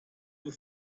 you